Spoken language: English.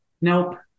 Nope